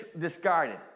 discarded